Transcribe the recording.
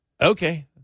Okay